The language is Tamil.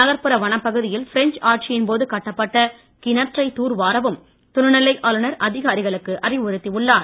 நகர்ப்புற வனப்பகுதியில் பிரெஞ்ச் ஆட்சியின் போது கட்டப்பட்ட கிணற்றை தூர் வாரவும் துணைநிலை ஆளுநர் அதிகாரிகளுக்கு அறிவுறுத்தியுள்ளார்